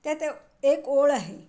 त्यात अ एक ओळ आहे